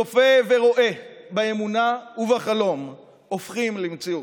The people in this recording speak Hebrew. צופה ורואה באמונה ובחלום הופכים למציאות.